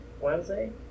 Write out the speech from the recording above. Wednesday